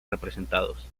representados